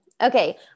Okay